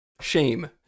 shame